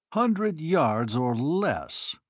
hundred yards or less,